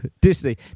Disney